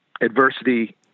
adversity